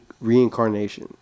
reincarnation